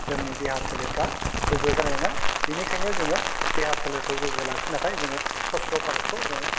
जोंनि देहा सोलेरफ्रा गोग्गो जानाय नङा बेनिखायनो जोङो देहा सोलेरखौ गोग्गो लाखिनो थाखाय जोङो स्वच्च' भारतखौ जोङो